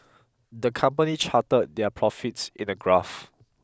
the company charted their profits in a graph